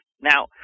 Now